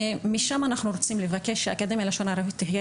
ומשם אנחנו רוצים לבקש שהאקדמיה ללשון ערבית תהיה